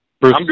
Bruce